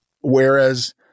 Whereas